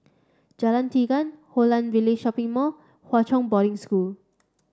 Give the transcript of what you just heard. Jalan Tiga Holland Village Shopping Mall Hwa Chong Boarding School